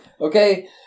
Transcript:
Okay